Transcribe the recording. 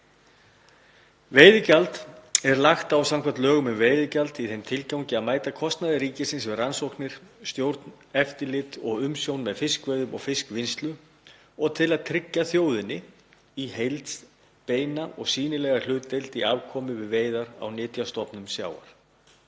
Veiðigjald er lagt á samkvæmt lögum um veiðigjald í þeim tilgangi að mæta kostnaði ríkisins við rannsóknir, stjórn, eftirlit og umsjón með fiskveiðum og fiskvinnslu og til að tryggja þjóðinni í heild beina og sýnilega hlutdeild í afkomu við veiðar á nytjastofnum sjávar.